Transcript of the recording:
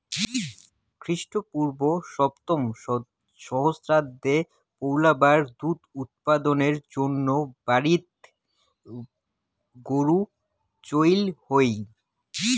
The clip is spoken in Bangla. খ্রীষ্টপূর্ব সপ্তম সহস্রাব্দে পৈলাবার দুধ উৎপাদনের জইন্যে বাড়িত গরু চইল হই